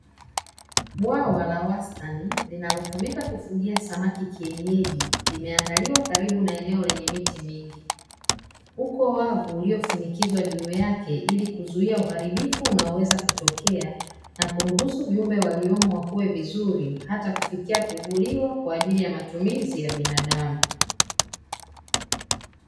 bwawa la wastani linalotumika kufugia samaki kienyeji limeandaliwa karibu na eneo lenye miti mingi uko wavu uliofunikizwa juu yake ili kuzuia uharibifu unaoweza kutokea na kuruhusu viumbe waliomo wakue vizuri hata kufikia kuvuliwa kwa ajili ya matumizi ya binadamu.